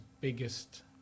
biggest